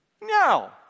No